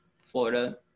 Florida